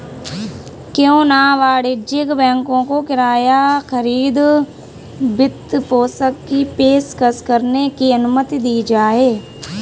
क्यों न वाणिज्यिक बैंकों को किराया खरीद वित्तपोषण की पेशकश करने की अनुमति दी जाए